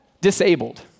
disabled